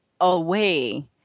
away